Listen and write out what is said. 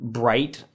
bright